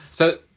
so,